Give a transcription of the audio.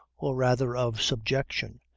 or rather of subjection,